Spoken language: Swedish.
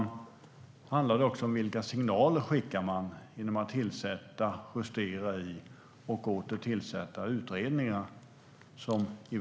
Det handlar också om vilka signaler man skickar genom att tillsätta, justera i och åter tillsätta utredningar.